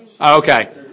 Okay